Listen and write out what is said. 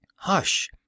hush